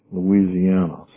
Louisiana